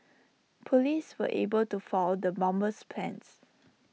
Police were able to foil the bomber's plans